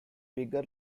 bigger